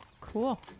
cool